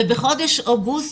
בחודש אוגוסט,